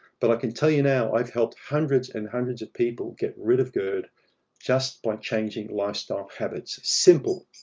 but i can tell you now, i've helped hundreds and hundreds of people get rid of gerd just by changing lifestyle habits. simple,